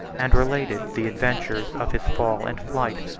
and related the adventures of his fall and flight.